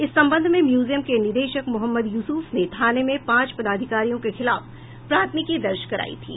इस संबंध में म्युजियम के निदेशक मोहम्मद युसूफ ने थाने में पांच पदाधिकारियों के खिलाफ प्राथमिकी दर्ज करायी थी